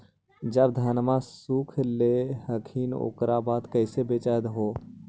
जब धनमा सुख ले हखिन उकर बाद कैसे बेच हो?